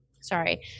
sorry